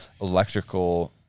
electrical